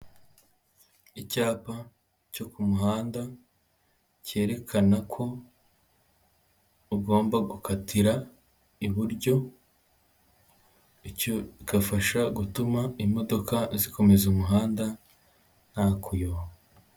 Icyapa cyo ku muhanda cyerekana ko ugomba gukatira iburyo, kigafasha gutuma imodoka zikomeza umuhanda nta kuyoba.